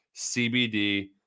CBD